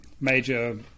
major